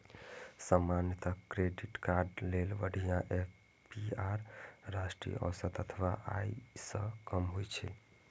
सामान्यतः credit card लेल बढ़िया ए.पी.आर राष्ट्रीय औसत अथवा ओइ सं कम होइ छै